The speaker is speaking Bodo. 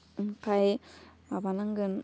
ओमफ्राय माबा नांगोन